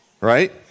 right